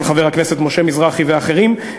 של חבר הכנסת משה מזרחי ואחרים,